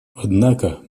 однако